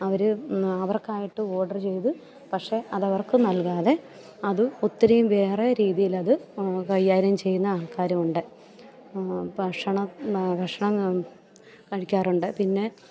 അവര് അവർക്കായിട്ട് ഓഡറ് ചെയ്ത് പക്ഷേ അതവർക്കു നൽകാതെ അത് ഒത്തിരിയും വേറെ രീതിയിലത് കൈകാര്യം ചെയ്യുന്ന ആൾക്കാരുമുണ്ട് ഭക്ഷണം ഭക്ഷണം കഴിക്കാറുണ്ട് പിന്നെ